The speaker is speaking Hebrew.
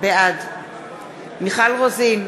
בעד מיכל רוזין,